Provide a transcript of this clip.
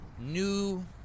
new